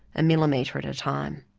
a millimetre at a time.